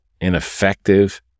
ineffective